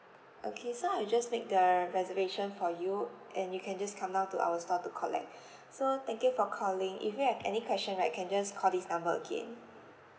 okay so I'll just make the reservation for you and you can just come down to our store to collect so thank you for calling if you have any question right can just call this number again